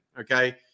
Okay